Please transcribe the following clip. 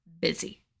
busy